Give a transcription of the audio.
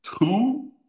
Two